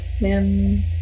man